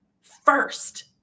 first